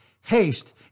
haste